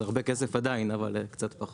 זה עדיין הרבה כסף, אבל קצת פחות.